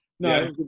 No